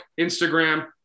Instagram